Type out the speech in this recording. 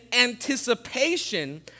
anticipation